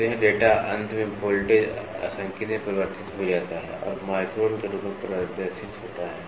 तो यह डेटा अंत में वोल्टेज अंशांकित में परिवर्तित हो जाता है और माइक्रोन के रूप में प्रदर्शित होता है